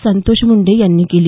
संतोष मुंडे यांनी केली